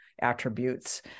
attributes